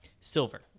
silver